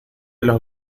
los